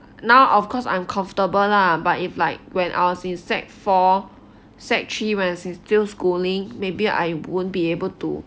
now of course I'm comfortable lah but if like when I was in secondary four secondary three when I was in still schooling maybe I won't be able to